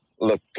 look